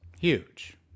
Huge